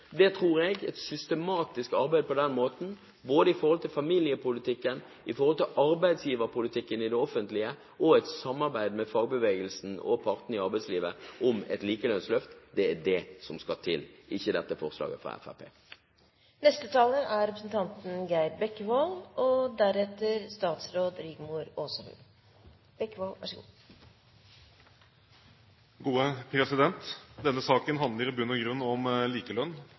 Jeg tror at et systematisk arbeid på den måten, både i forhold til familiepolitikken, i forhold til arbeidsgiverpolitikken i det offentlige og et samarbeid med fagbevegelsen og partene i arbeidslivet om et likelønnsløft, er det som skal til – ikke dette forslaget fra Fremskrittspartiet. Denne saken handler i bunn og grunn om likelønn.